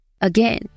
Again